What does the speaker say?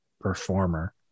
performer